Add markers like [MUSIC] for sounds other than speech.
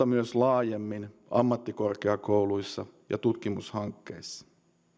[UNINTELLIGIBLE] myös laajemmin ammattikorkeakouluissa ja tutkimushankkeissa